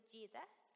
Jesus